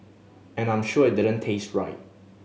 and I'm sure it didn't taste right